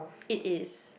it is